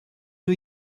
new